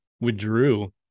withdrew